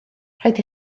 rhaid